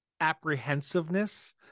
apprehensiveness